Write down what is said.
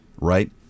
right